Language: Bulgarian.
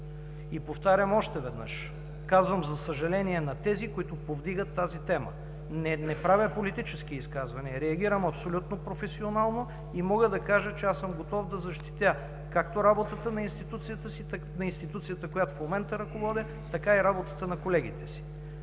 И повтарям още веднъж, казвам, за съжаление, на тези, които повдигат тази тема. Не правя политически изказвания, реагирам абсолютно професионално и мога да кажа, че аз съм готов да защитя както работата на институцията, която в момента ръководя, така и работата на колегите си.